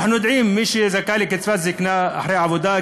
ואנחנו יודעים מי זכאי לקצבת זיקנה אחרי עבודה,